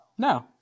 No